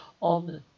on